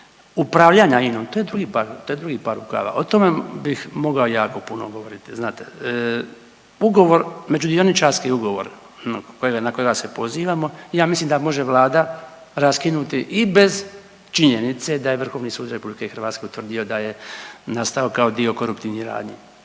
upravljanja INA-om to je drugi par rukava. O tom bih mogao jako puno govoriti znate. Ugovor, međudioničarski ugovor na kojega se pozivamo ja mislim da može Vlada raskinuti i bez činjenica da je Vrhovni sud RH utvrdio da je nastao kao dio koruptivnih radnji